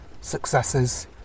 successes